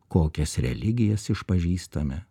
kokias religijas išpažįstame